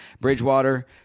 Bridgewater